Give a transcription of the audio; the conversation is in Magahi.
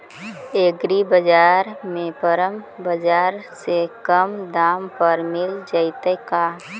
एग्रीबाजार में परमप बाजार से कम दाम पर मिल जैतै का?